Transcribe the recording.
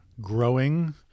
Growing